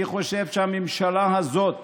אני חושב שהממשלה הזאת